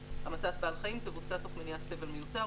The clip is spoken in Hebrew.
המתת בעל החיים תבוצע תוך מניעת סבל מיותר,